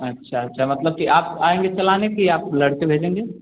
अच्छा अच्छा मतलब कि आप आएँगे चलाने कि आप लड़के भेजेंगे